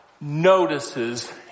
Notices